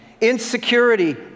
insecurity